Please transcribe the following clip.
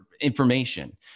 information